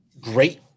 great